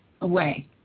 away